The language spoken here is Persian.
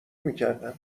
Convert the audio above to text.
میکردم